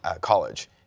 college